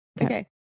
Okay